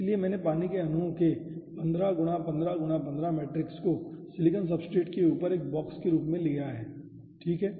इसलिए मैंने पानी के अणुओं के 15 x 15 x 15 मैट्रिक्स को सिलिकॉन सब्सट्रेट के ऊपर एक बॉक्स के रूप में लिया है ठीक है